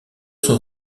sont